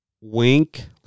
wink